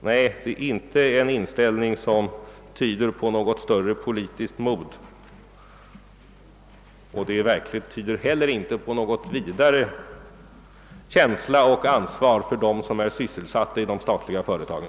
Nej, det är inte en inställning som tyder på något större politiskt mod, och den tyder heller inte på någon vidare känsla eller något ansvar för dem som är sysselsatta i de statliga företagen.